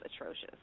atrocious